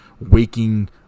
waking